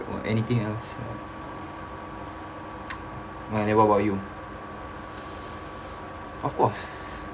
anything else ah then what about you of course